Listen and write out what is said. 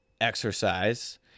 exercise